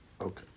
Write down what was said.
okay